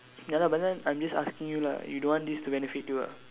ya lah but then I'm just asking you lah you don't want this to benefit you ah